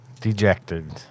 dejected